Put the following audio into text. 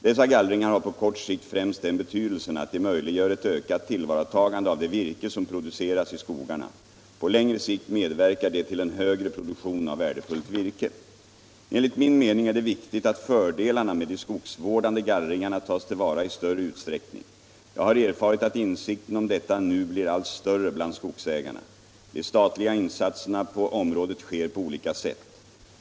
Dessa gallringar har på kort sikt främst den betydelsen att de möjliggör ett ökat tillvaratagande av det virke som produceras i skogarna. På längre sikt medverkar de till en högre produktion av värdefullt virke. Enligt min mening är det viktigt att fördelarna med de skogsvårdande gallringarna tas till vara i större utsträckning. Jag har erfarit att insikten om detta nu blir allt större bland skogsägarna. De statliga insatserna på området sker på olika sätt.